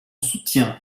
soutien